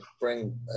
bring